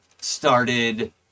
started